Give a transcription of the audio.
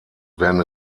werden